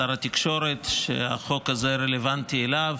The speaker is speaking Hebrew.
שר התקשורת, שהחוק הזה רלוונטי אליו,